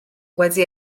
wedi